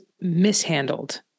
mishandled